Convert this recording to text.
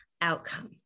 outcome